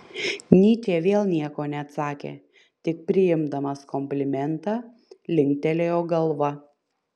nyčė vėl nieko neatsakė tik priimdamas komplimentą linktelėjo galva